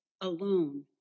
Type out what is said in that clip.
alone